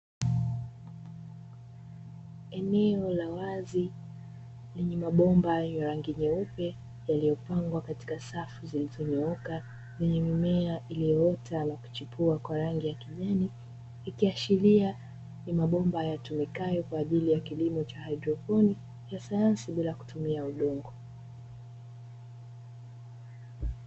Eneo la wazi lenye mabomba ya rangi nyeupe, yaliyopangwa katika safu zilizonyooka na kuchipua kwa rangi ya kijani, inayoashiria ni mabomba yatumikayo kwa ajili ya kilimo cha haidroponi, ya sayansi bila kutumia udongo.